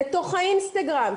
לתוך האינסטגרם.